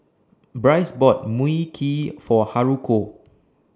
Brice bought Mui Kee For Haruko